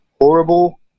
Horrible